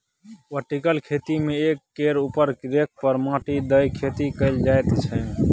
vertical खेती मे एक केर उपर एक रैक पर माटि दए खेती कएल जाइत छै